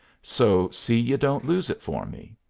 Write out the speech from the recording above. so see you don't lose it for me.